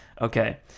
Okay